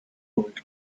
gold